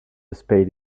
spade